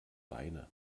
beine